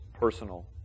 personal